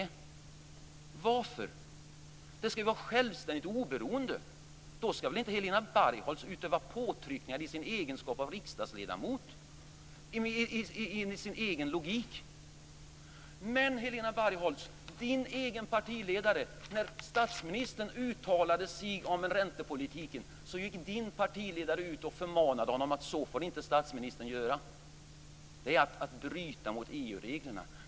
De i Riksbanken skall ju vara självständiga och oberoende. Enligt sin egen logik skall väl Helena Bargholtz då inte utöva påtryckningar i egenskap av riksdagsledamot. Helena Bargholtz! När statsministern uttalade sig om räntepolitiken gick er egen partiledare ut och förmanade statsministern att han inte fick göra så. Det var att bryta mot EU-reglerna.